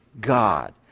God